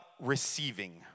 receiving